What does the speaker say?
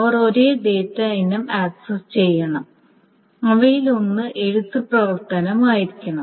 അവർ ഒരേ ഡാറ്റ ഇനം ആക്സസ് ചെയ്യണം അവയിലൊന്ന് എഴുത്ത് പ്രവർത്തനം ആയിരിക്കണം